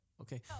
Okay